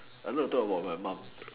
I know you talk about my mom